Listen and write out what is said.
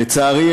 לצערי,